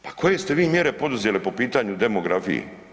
Pa koje ste vi mjere poduzeli po pitanju demografije?